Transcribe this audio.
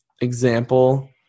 example